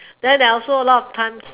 then there are also a lot of times